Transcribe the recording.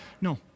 No